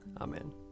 Amen